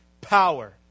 power